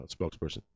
spokesperson